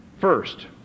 first